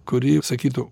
kuri sakytų